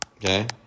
Okay